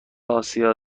آسیا